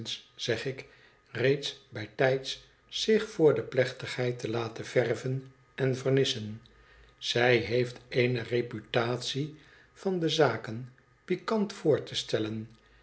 zeg ik reeds bijtijds zich voor de plechtigheid te laten verven en vernissen zij heeft eene reputatie van de zaken pikant voor te stellen